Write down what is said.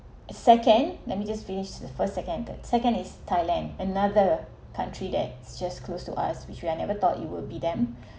second let me just finish the first second third second is thailand another country that just close to us which I never thought it would be them